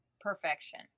perfection